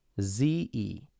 Z-E